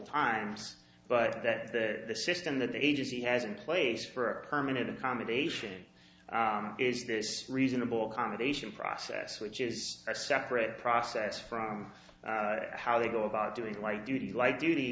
times but that the system that the agency has in place for a permanent accommodation is a reasonable accommodation process which is a separate process for how to go about doing light duty light duty